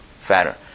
fatter